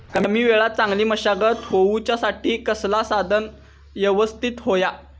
कमी वेळात चांगली मशागत होऊच्यासाठी कसला साधन यवस्तित होया?